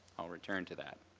i'll return to that.